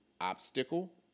obstacle